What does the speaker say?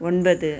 ஒன்பது